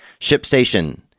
ShipStation